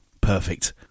perfect